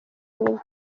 nibwo